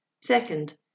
Second